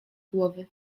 głowy